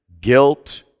guilt